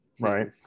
right